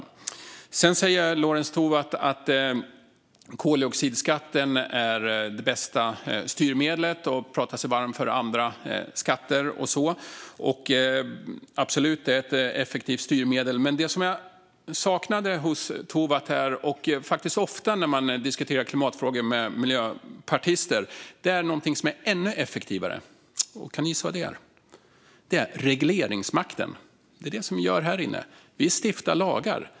Lorentz Tovatt säger att koldioxidskatten är det bästa styrmedlet och talar sig varm för andra skatter och så vidare. Absolut, det är ett effektivt styrmedel, men det som jag saknade här, och faktiskt ofta saknar när man diskuterar klimatfrågor med miljöpartister, är att man kan använda sig av någonting som är ännu effektivare. Kan du gissa vad det är, Lorentz Tovatt? Jo, det är regleringsmakten, alltså det som vi gör här inne. Vi stiftar lagar.